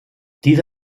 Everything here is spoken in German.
diese